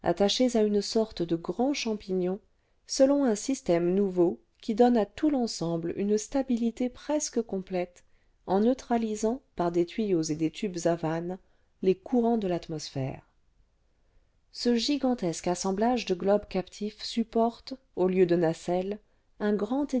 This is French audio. à une sorte de grand champignon selon un système nouveau qui donne à tout l'ensemble une stabilité presque complète en neutralisant par des tuyaux et des tubes à vannes les courants de l'atmosphère ce gigantesque assemblage de globes captifs supporte au lieu de nacelle un grand